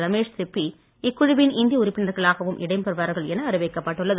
ரமேஷ் சிப்பி இக்குழுவின் இந்திய உறுப்பினர்களாகவும் இடம்பெறுவார்கள் என அறிவிக்கப்பட்டுள்ளது